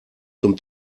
zum